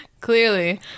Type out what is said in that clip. Clearly